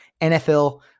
NFL